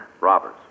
Robbers